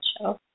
show